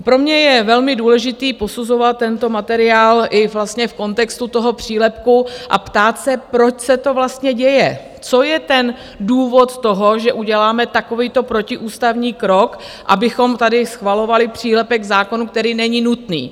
Pro mě je velmi důležité posuzovat tento materiál i vlastně v kontextu toho přílepku a ptát se, proč se to vlastně děje, co je ten důvod toho, že uděláme takovýto protiústavní krok, abychom tady schvalovali přílepek k zákonu, který není nutný.